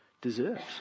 deserves